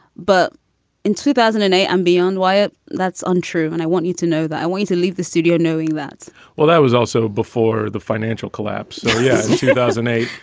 but in two thousand and eight, i'm beyond wyatt. that's untrue. and i want you to know that i want to leave the studio knowing that well, that was also before the financial collapse. two thousand and eight.